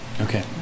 okay